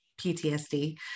PTSD